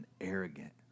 arrogant